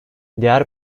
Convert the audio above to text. diğer